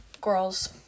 girls